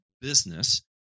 business